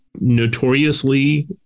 notoriously